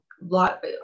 lot